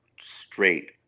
straight